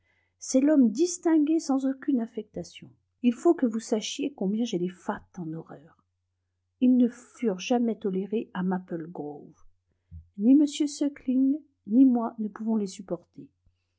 c'est l'homme distingué sans aucune affectation il faut que vous sachiez combien j'ai les fats en horreur ils ne furent jamais tolérés à maple grove ni m sukling ni moi ne pouvons les supporter